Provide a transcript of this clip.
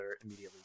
immediately